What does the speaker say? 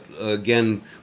again